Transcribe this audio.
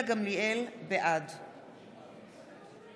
בעד